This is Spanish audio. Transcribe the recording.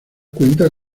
cuenta